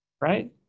Right